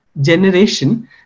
generation